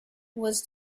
was